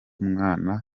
mwana